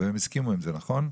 והם הסכימו עם זה, נכון?